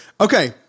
okay